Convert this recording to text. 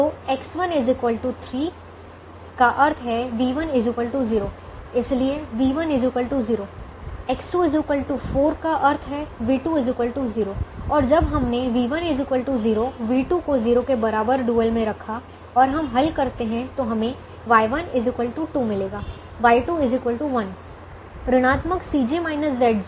तो X1 3 का अर्थ है v1 0 इसलिए v1 0 X2 4 का अर्थ है v2 0 और जब हमने v1 0 v2 को 0 के बराबर डुअल में रखा और हम हल करते हैं तो हमें Y1 2 मिलेगा Y2 1 ऋणात्मक